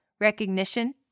recognition